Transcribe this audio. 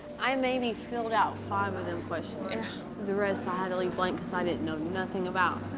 i maybe filled out five of them questions, and the rest i had to leave blank, cause i didn't know nothing about.